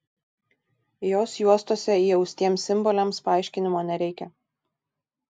jos juostose įaustiems simboliams paaiškinimo nereikia